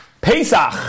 Pesach